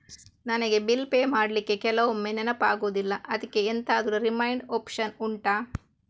ನನಗೆ bill pay ಮಾಡ್ಲಿಕ್ಕೆ ಕೆಲವೊಮ್ಮೆ ನೆನಪಾಗುದಿಲ್ಲ ಅದ್ಕೆ ಎಂತಾದ್ರೂ ರಿಮೈಂಡ್ ಒಪ್ಶನ್ ಉಂಟಾ